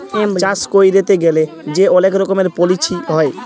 চাষ ক্যইরতে গ্যালে যে অলেক রকমের পলিছি হ্যয়